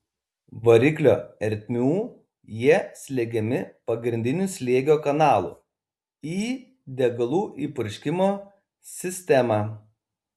iš variklio ertmių jie slegiami pagrindiniu slėgio kanalu į degalų įpurškimo sistemą